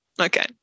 okay